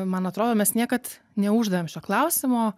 man atrodo mes niekad neuždavėm šio klausimo